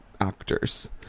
actors